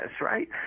right